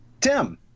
tim